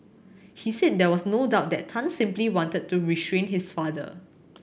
he said there was no doubt that Tan simply wanted to restrain his father